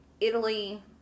Italy